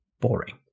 boring